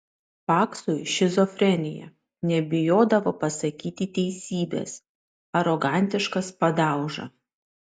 paksiui šizofrenija nebijodavo pasakyti teisybės arogantiškas padauža